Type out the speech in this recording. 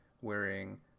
wearing